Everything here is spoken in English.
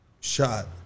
shot